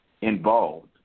involved